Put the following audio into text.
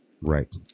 Right